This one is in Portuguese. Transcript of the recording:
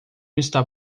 está